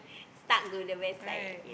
stuck to the west side